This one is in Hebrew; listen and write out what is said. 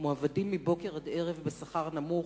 מועבדים מבוקר עד ערב בשכר נמוך.